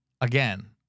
Again